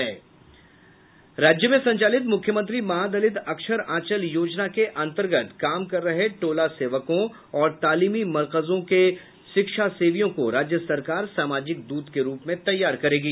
राज्य में संचालित मुख्यमंत्री महादलित अक्षर आंचल योजना के अंतर्गत काम कर रहे टोला सेवकों और तालीमी मरकजों के शिक्षा सेवियों को राज्य सरकार सामाजिक दूत के रूप में तैयार करेगी